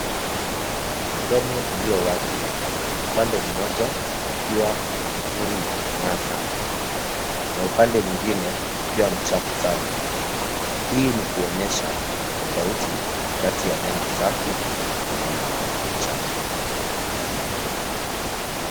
Mdomo ulio wazi, upande mmoja ukiwa mzuri na unang'aa sana, na upande mwingine ukiwa mchafu sana. Hii ni kuonyesha tofauti, kati ya meno safi na meno ambayo ni machafu.